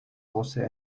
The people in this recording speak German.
haustier